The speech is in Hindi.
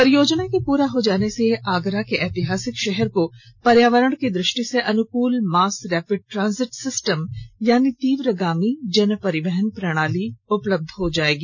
परियोजना के पूरा हो जाने से आगरा के एतिहासिक शहर को पर्यावरण की दृष्टि से अनुकूल मास रैपिड ट्रांजिट सिस्टम यानी तीव्रग्रामी जन परिवहन प्रणाली उपलब्ध हो जाएगी